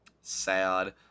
Sad